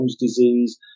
disease